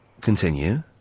Continue